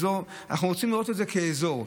אנחנו רוצים לראות את זה כאזור.